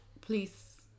please